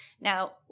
Now